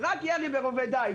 רק ירי ברובי דיג,